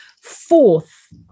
Fourth